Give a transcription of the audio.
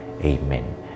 amen